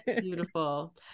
Beautiful